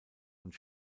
und